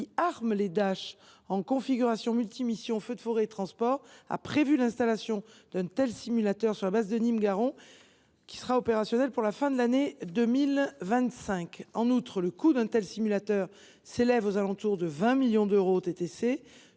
qui équipe les Dash d’un système multimissions – feu de forêt et transport –, a prévu l’installation d’un tel simulateur sur la base de Nîmes Garons. Celui ci sera opérationnel pour la fin de l’année 2025. En outre, le coût du simulateur s’élève aux alentours de 20 millions d’euros,